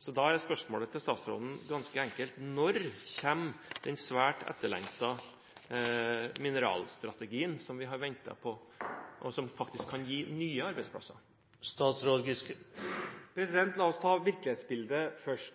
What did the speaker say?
Så spørsmålet til statsråden er ganske enkelt: Når kommer den svært etterlengtete mineralstrategien som vi har ventet på, og som faktisk kan gi nye arbeidsplasser? La oss ta virkelighetsbildet først.